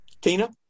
Tina